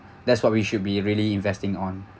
that's what we should be really investing on